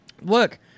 look